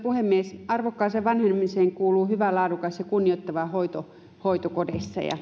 puhemies arvokkaaseen vanhenemiseen kuuluu hyvä laadukas ja kunnioittava hoito hoitokodeissa